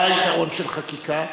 מה היתרון של חקיקה?